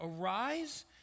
Arise